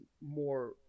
more